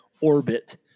orbit